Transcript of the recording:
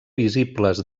visibles